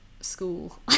school